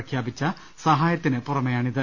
പ്രഖ്യാപിച്ച സഹായത്തിന് പുറമെയാണിത്